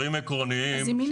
צביקי, יש פה דברים עקרוניים.